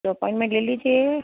तो अपॉइंटमेंट ले लीजिए